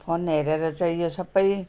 phone हेरेर चाहिँ यो सबै